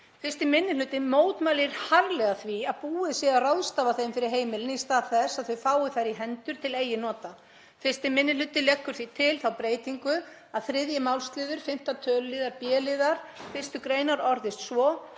Fyrsti minni hluti mótmælir harðlega því að búið sé að ráðstafa þeim fyrir heimilin í stað þess að þau fái þær í hendur til eigin nota. Fyrsti minni hluti leggur því til þá breytingu að 3. málsliður 5. töluliðar b-liðar 1. gr. orðist svo: